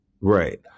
right